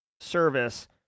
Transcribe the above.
service